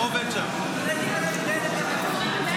לוועדה שתקבע ועדת הכנסת נתקבלה.